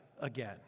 again